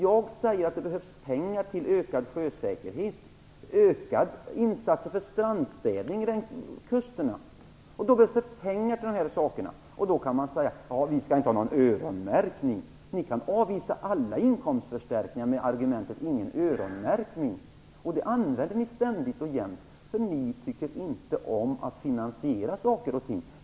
Jag säger att det behövs pengar till ökad sjösäkerhet och ökade insatser för strandstädning längs kusterna. Det behövs pengar till dessa saker. Då sägs det att det inte skall vara någon öronmärkning. Ni kan avvisa alla inkomstförstärkningar med argumentet att det inte skall vara någon öronmärkning, och ni använder det ständigt och jämnt. Ni tycker inte om att finansiera saker och ting.